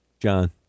John